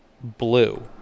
blue